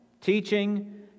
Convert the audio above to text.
Teaching